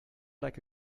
like